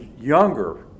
younger